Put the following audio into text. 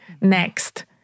next